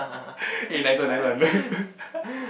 eh nice one nice one